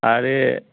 आरो